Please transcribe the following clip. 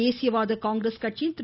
தேசிய வாத காங்கிரஸ் கட்சியின் திரு